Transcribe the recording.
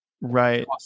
right